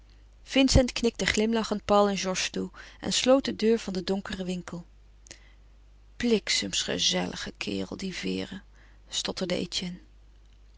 vincent knikte glimlachend paul en georges toe en sloot de deur van den donkeren winkel bliksemsgezellige kerel die vere stotterde